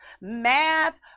math